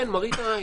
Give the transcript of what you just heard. כן, מראית עין.